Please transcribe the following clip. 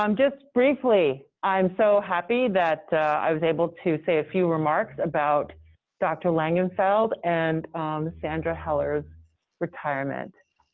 um just briefly, i'm so happy that i was able to say a few remarks about dr. langenfeld and sandra heller's retirement.